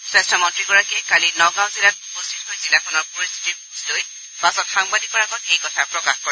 স্বাস্থ্যমন্নীগৰাকীয়ে কালি নগাঁও জিলাত উপস্থিত হৈ জিলাখনৰ পৰিস্থিতিৰ বুজ লৈ পাছত সাংবাদিকৰ আগত এই কথা প্ৰকাশ কৰে